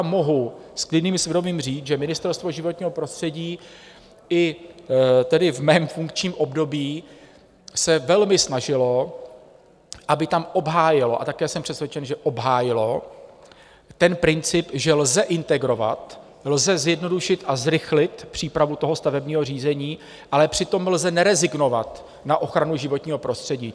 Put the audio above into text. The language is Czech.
Mohu s klidným svědomím říct, že Ministerstvo životního prostředí i v mém funkčním období se velmi snažilo, aby tam obhájilo a také jsem přesvědčen, že obhájilo princip, že lze integrovat, lze zjednodušit a zrychlit přípravu stavebního řízení, ale přitom lze nerezignovat na ochranu životního prostředí.